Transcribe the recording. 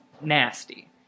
nasty